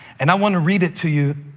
and i want to read it to you.